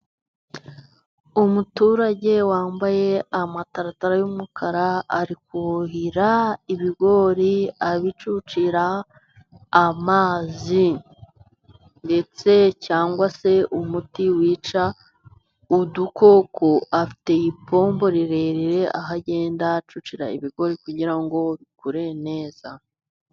Umuturage wambaye amataratara y'umukara, ari kuhira ibigori abicucira amazi, ndetse cyangwa se umuti wica udukoko, afite ipombo rirerire aho agenda acucira ibigori kugira ngo bikure neza.